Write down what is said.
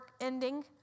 ending